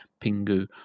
Pingu